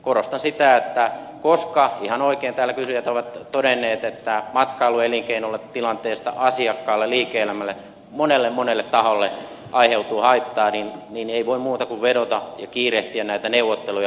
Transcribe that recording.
korostan sitä että koska ihan oikein täällä kysyjät ovat todenneet että tilanteesta aiheutuu haittaa matkailuelinkeinolle asiakkaalle liike elämälle monelle monelle taholle niin ei voi muuta kuin vedota ja kiirehtiä näitä neuvotteluja